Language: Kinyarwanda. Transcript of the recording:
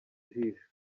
jisho